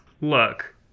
Look